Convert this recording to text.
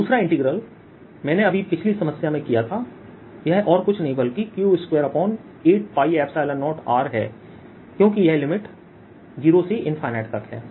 दूसरा इंटीग्रल मैंने अभी पिछली समस्या में किया था यह और कुछ नहीं बल्कि Q28π0R है क्योंकि यहां लिमिट 0 से ∞ तक है